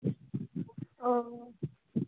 ओ